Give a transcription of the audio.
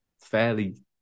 fairly